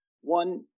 One